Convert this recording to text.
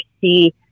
see